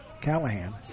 Callahan